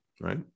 right